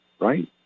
right